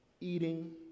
eating